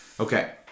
Okay